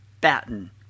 Batten